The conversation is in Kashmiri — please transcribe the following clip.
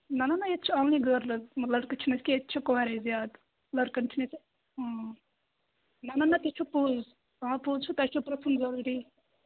نہَ نہَ نہَ ییٚتہِ چھُ یِونٕے غٲر لٔڑکہٕ لٔڑکہٕ چھِنہٕ أسۍ کیٚنٛہہ ییٚتہِ چھِ کورے زیادٕ لٔڑکَن چھُ نہٕ ییٚتہِ نہَ نہَ نہَ تہِ چھُ پوٚز آ پوٚز چھُ تۄہہِ چھُو پرٕٛژھُن ضروٗری